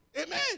Amen